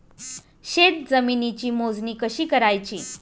शेत जमिनीची मोजणी कशी करायची?